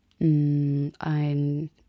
ein